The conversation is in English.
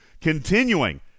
continuing